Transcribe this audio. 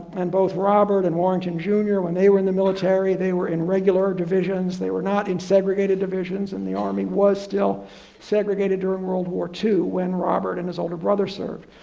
and both robert and warrington jr, when they were in the military, they were in regular divisions, they were not in segregated divisions and the army was still segregated during world war two when robert and his older brother served.